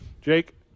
Jake